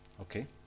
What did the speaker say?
Okay